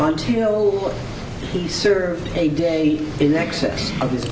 until he served a day in excess of